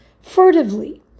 furtively